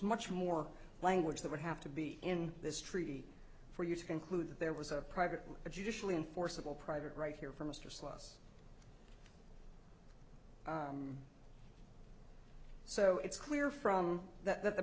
much more language that would have to be in this treaty for you to conclude that there was a private judicially enforceable private right here for mr sloss so it's clear from that that the